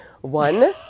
one